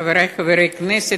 חברי חברי הכנסת,